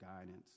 guidance